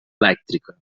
elèctrica